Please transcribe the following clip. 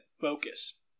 focus